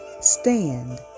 Stand